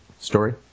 story